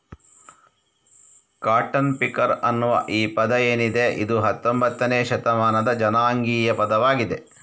cotton picker ಅನ್ನುವ ಈ ಪದ ಏನಿದೆ ಇದು ಹತ್ತೊಂಭತ್ತನೇ ಶತಮಾನದ ಜನಾಂಗೀಯ ಪದವಾಗಿದೆ